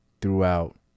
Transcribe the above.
throughout